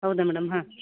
ಹೌದಾ ಮೇಡಮ್ ಹಾಂ